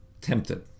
tempted